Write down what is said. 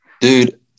Dude